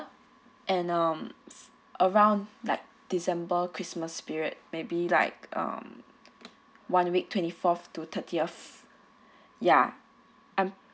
and um around like december christmas period maybe like um one week twenty fourth to thirtieth ya I'm